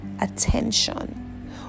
attention